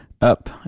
up